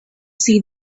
see